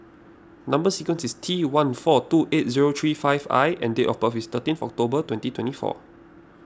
Number Sequence is T one four two eight zero three five I and date of birth is thirteenth October twenty twenty four